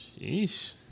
Jeez